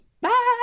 Bye